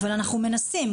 אבל אנחנו מנסים.